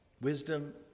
Wisdom